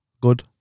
good